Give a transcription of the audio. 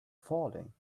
falling